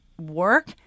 work